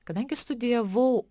kadangi studijavau